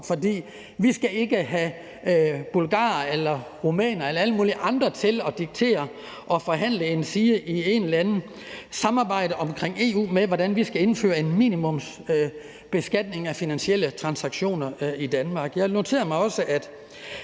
For vi skal ikke have bulgarere eller rumænere eller alle mulige andre til at diktere og forhandle det endsige have et eller anden samarbejde omkring EU med, hvordan vi skal indføre en minimumsbeskatning af finansielle transaktioner i Danmark. Jeg noterer mig også, at